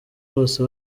bose